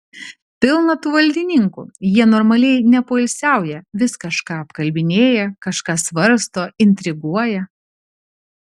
pilna tų valdininkų jie normaliai nepoilsiauja vis kažką apkalbinėja kažką svarsto intriguoja